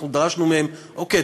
דרשנו מהם: אוקיי,